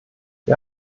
wir